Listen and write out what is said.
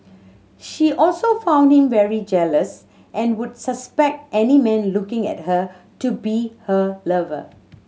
she also found him very jealous and would suspect any man looking at her to be her lover